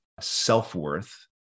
self-worth